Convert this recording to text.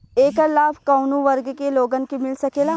ऐकर लाभ काउने वर्ग के लोगन के मिल सकेला?